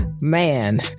man